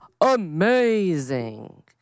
amazing